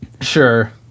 sure